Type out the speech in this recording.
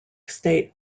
state